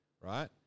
Right